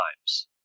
times